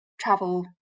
travel